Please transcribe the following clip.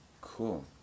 Cool